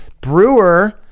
Brewer